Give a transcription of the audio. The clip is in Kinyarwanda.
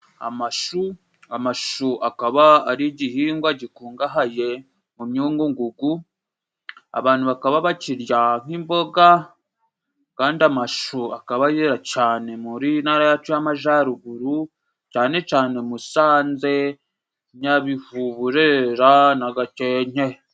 Amashu, amashu akaba ari igihingwa gikungahaye mu myungugugu. Abantu bakaba bakirya nk’imboga, kandi amashu akaba yera cane muri iyi ntara yacu y’Amajaruguru, cane cane Musanze, Nyabihu, Burera na Gakenke.